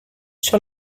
sur